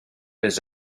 his